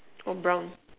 or brown